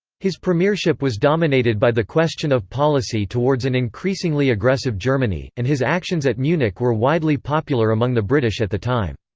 his premiership was dominated by the question of policy towards an increasingly aggressive germany, and his actions at munich were widely popular among the british at the time.